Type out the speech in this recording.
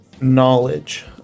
knowledge